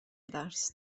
درس